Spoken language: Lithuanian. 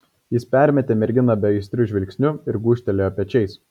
jis permetė merginą beaistriu žvilgsniu ir gūžtelėjo pečiais